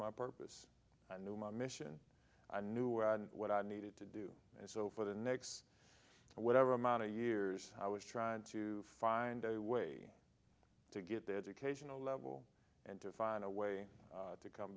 my purpose i knew my mission i knew what i needed to do and so for the next whatever amount of years i was trying to find a way to get the educational level and to find a way to come